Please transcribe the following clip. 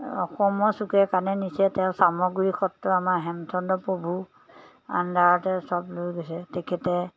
অসমৰ চুকে কাণে নিছে তেওঁ চামগুৰি সত্ৰ আমাৰ হেমচন্দ্ৰ প্ৰভু আণ্ডাৰতে সব লৈ গৈছে তেখেতে